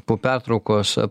po pertraukos